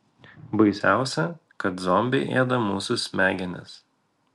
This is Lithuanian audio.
baisiausia kad zombiai ėda mūsų smegenis